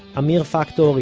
amir factor,